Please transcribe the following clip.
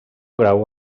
graó